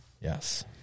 Yes